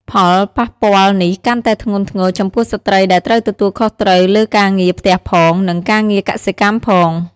ផលប៉ះពាល់នេះកាន់តែធ្ងន់ធ្ងរចំពោះស្ត្រីដែលត្រូវទទួលខុសត្រូវលើការងារផ្ទះផង និងការងារកសិកម្មផង។